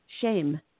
shame